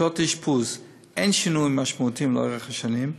מיטות אשפוז, אין שינויים משמעותיים לאורך השנים.